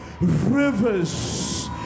rivers